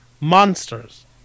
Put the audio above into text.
Monsters